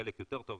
חלק יותר טוב,